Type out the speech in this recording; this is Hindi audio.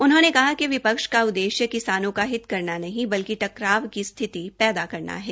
उन्होंने कहा कि विपक्ष का उद्देश्य किसानों का हित करना नहीं बल्कि टकराव की स्थिति पैदा करता है